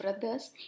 brothers